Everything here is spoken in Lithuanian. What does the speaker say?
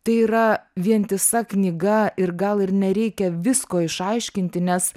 tai yra vientisa knyga ir gal ir nereikia visko išaiškinti nes